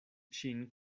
ŝin